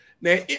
Now